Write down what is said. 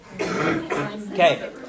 Okay